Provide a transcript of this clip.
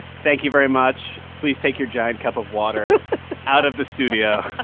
thank you very much. please take your giant cup of water out of the studio,